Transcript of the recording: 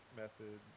method